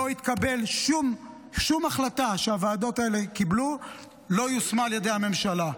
שום החלטה שהוועדות האלו קיבלו לא יושמה על ידי הממשלה.